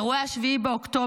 אירועי 7 באוקטובר,